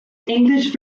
english